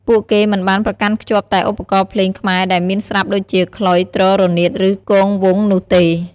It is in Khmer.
ពួកគេមិនបានប្រកាន់ខ្ជាប់តែឧបករណ៍ភ្លេងខ្មែរដែលមានស្រាប់ដូចជា ខ្លុយ ទ្រ រនាត ឬ គងវង្ស នោះទេ។